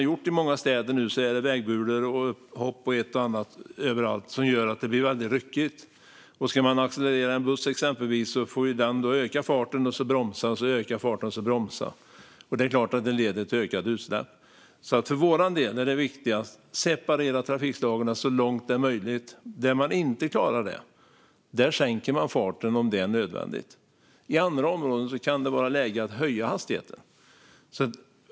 I många städer är det nu vägbulor, hopp och ett eller annat överallt som gör att det blir väldigt ryckigt. Ska man accelerera exempelvis en buss får den då öka farten, bromsa, öka farten och så bromsa. Det är klart att det leder till ökade utsläpp. För vår del är det viktigast att separera trafikslagen så långt det är möjligt. Där man inte klarar det sänker man farten om det är nödvändigt. I andra områden kan det vara läge att höja hastigheten.